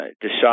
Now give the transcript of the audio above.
decide